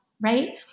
right